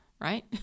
right